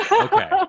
Okay